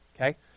okay